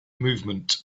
movement